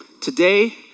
Today